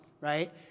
right